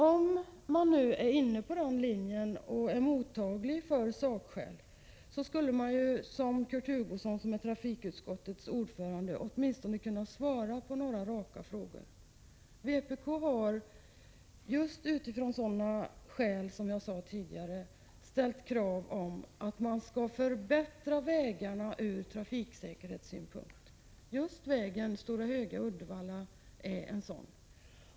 Om man nu är inne på den linjen och är mottaglig för sakskäl, då borde man som Kurt Hugosson, som är trafikutskottets ordförande, åtminstone kunna svara på några raka frågor. Vpk har just utifrån sådana skäl som jag tog upp ställt krav på att man skall förbättra vägarna ur trafiksäkerhetssynpunkt. Just vägen Stora Höga-Uddevalla är en sådan.